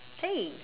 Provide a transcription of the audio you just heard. hey